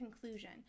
conclusion